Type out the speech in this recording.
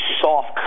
soft